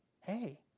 hey